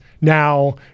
now